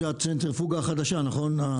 זאת הצנטרפוגה החדשה, נכון?